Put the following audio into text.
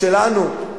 שלנו.